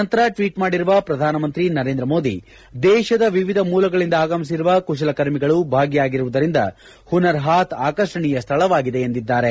ನಂತರ ಟ್ವೀಟ್ ಮಾಡಿರುವ ಪ್ರಧಾನಮಂತ್ರಿ ನರೇಂದ್ರ ಮೋದಿ ದೇಶದ ವಿವಿಧ ಮೂಲಗಳಿಂದ ಆಗಮಿಸಿರುವ ಕುಶಲಕರ್ಮಿಗಳು ಭಾಗಿಯಾಗಿರುವುದರಿಂದ ಹುನರ್ಹಾತ್ ಆಕರ್ಷಣೀಯ ಸ್ಟಳವಾಗಿದೆ ಎಂದಿದ್ದಾರೆ